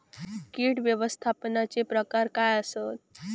कीड व्यवस्थापनाचे प्रकार काय आसत?